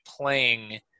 playing